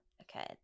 Okay